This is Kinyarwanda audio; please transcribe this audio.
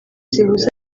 zihuza